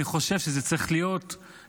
אני חושב שזה לא צריך להיות עידוד,